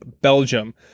Belgium